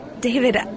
David